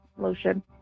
lotion